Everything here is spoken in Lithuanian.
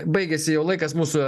baigėsi jau laikas mūsų